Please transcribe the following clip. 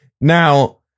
Now